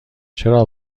چرا